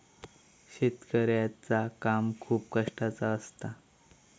शेतकऱ्याचा काम खूप कष्टाचा असता